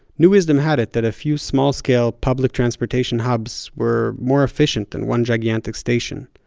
new wisdom had it, that a few small scale public transportation hubs were more efficient than one gigantic station.